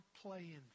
playing